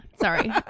sorry